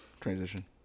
transition